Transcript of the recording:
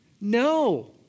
No